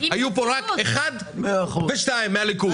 היו כאן רק חבר כנסת אחד או שניים מהליכוד.